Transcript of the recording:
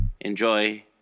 enjoy